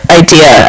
idea